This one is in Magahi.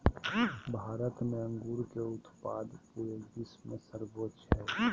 भारत में अंगूर के उत्पाद पूरे विश्व में सर्वोच्च हइ